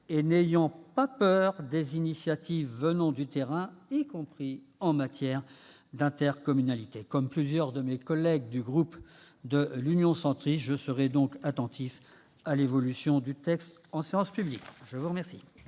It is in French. et n'ayons pas peur des initiatives venant du terrain, y compris en matière d'intercommunalité. Comme plusieurs de mes collègues du groupe Union Centriste, je serai attentif à l'évolution du texte en séance publique. La parole